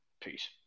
Peace